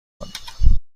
کنید